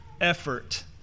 effort